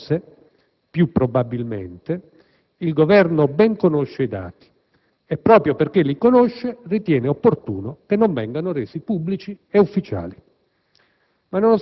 O forse, più probabilmente, il Governo ben conosce i dati e, proprio perché li conosce, ritiene opportuno che non vengano resi pubblici e ufficiali.